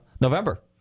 November